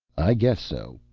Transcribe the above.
i guess so,